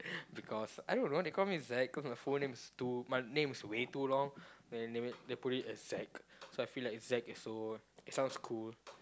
because I don't know they call me Zac cause my full name is too my name is way too long then they put it as Zac so I feel like Zac is so it sounds cool